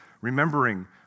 remembering